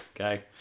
okay